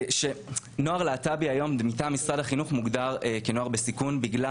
נוער להט"בי היום מוגדר במשרד החינוך כנוער בסיכון בגלל